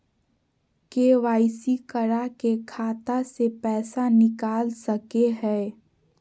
KYC करा के खाता से पैसा निकल सके हय?